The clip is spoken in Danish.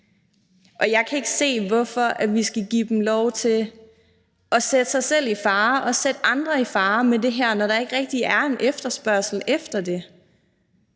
og jeg kan ikke se, hvorfor vi skal give dem lov til at sætte sig selv i fare og sætte andre i fare med det her, når der ikke rigtig er en efterspørgsel efter det.